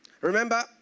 Remember